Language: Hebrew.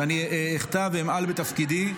ואני אחטא ואמעל בתפקידי,